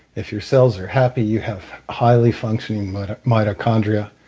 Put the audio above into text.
if your cells are happy, you have highly functioning but mitochondria.